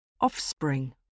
Offspring